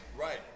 Right